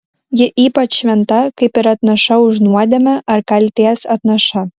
ji ypač šventa kaip ir atnaša už nuodėmę ar kaltės atnaša